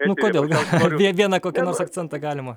nu kodėl gal vieną kokį nors akcentą galima